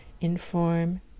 inform